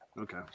Okay